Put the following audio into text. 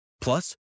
Plus